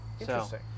Interesting